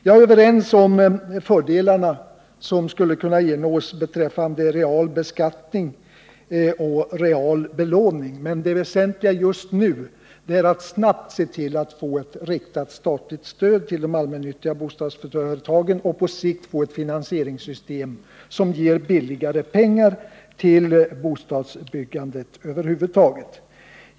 Jag är överens med Birgit Friggebo om att fördelar skulle kunna uppnås beträffande real beskattning och real belåning, men det väsentligaste just nu är att snabbt få ett riktat statligt stöd till de allmännyttiga bostadsföretagen och på sikt få ett finansieringssystem som ger billigare pengar till bostadsbyggandet över huvud taget.